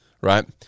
right